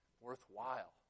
worthwhile